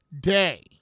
day